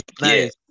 Nice